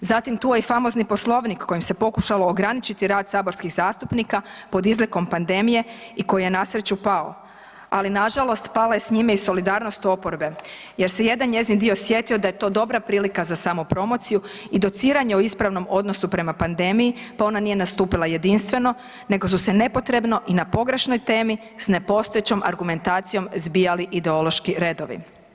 Zatim tu je i famozni Poslovnik kojim se pokušalo ograničiti rad saborskih zastupnika pod izlikom pandemije i koji je na sreću pao, ali nažalost pala je s njime i solidarnost oporbe jer se jedan njezin dio sjetio da je to dobra prilika za samopromociju i dociranje o ispravnom odnosu prema pandemiji pa ona nije nastupila jedinstveno nego su se nepotrebno i na pogrešnoj temi s nepostojećom argumentacijom zbijali ideološki redovi.